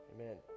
Amen